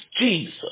Jesus